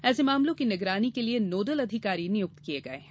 ऐसे मामलों की निगरानी के लिए नोडल अधिकारी नियुक्त किये गये हैं